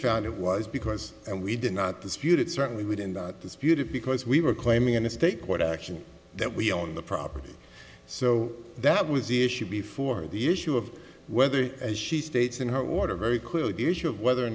found it was because we did not dispute it certainly wouldn't dispute it because we were claiming in a state court action that we own the property so that was issued before the issue of whether as she states in her water very clearly the issue of whether or